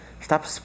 Stop